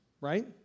right